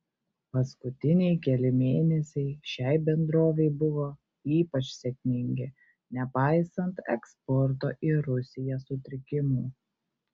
paskutiniai keli mėnesiai šiai bendrovei buvo ypač sėkmingi nepaisant eksporto į rusiją sutrikimų